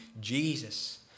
Jesus